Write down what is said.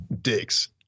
dicks